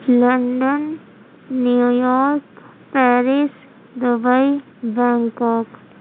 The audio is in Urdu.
London New York Paris Dubai Bangkok